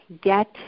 get